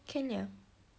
can [liao]